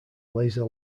laser